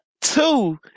Two